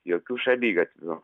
jokių šaligatvių